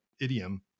idiom